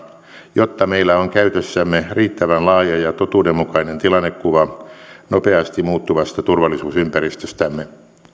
jotta meillä on käytössämme riittävän laaja ja totuudenmukainen tilannekuva nopeasti muuttuvasta turvallisuusympäristöstämme